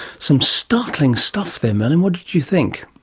some startling stuff there merlin, what did you think?